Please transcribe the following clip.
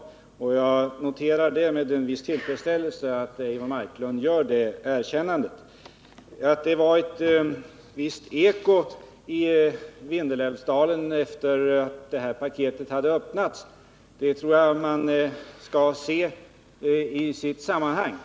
Jag Nr 49 noterar med en viss tillfredsställelse att Eivor Marklund gör det erkännandet. Att det varit visst eko i Vindelådalen sedan det här paketet öppnats tror jag man bör se i sitt rätta sammanhang.